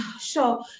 sure